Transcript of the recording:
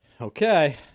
Okay